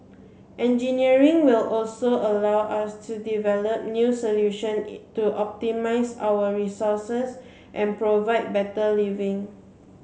engineering will also allow us to develop new solution in to optimise our resources and provide better living